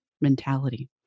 mentality